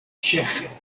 ĉeĥe